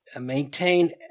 maintain